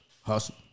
Hustle